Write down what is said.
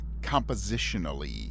compositionally